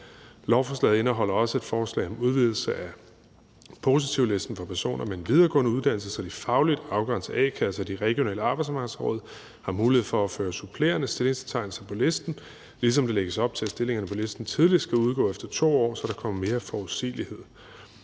Lovforslaget indeholder også et forslag om en udvidelse af positivlisten for personer med en videregående uddannelse, så de fagligt afgrænsede a-kasser og de regionale arbejdsmarkedsråd har mulighed for at føre supplerende stillingsbetegnelser på listen, ligesom der lægges op til, at stillingerne på listen tidligst skal udgå efter 2 år, så der kommer mere forudsigelighed.